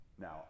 Now